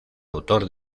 autor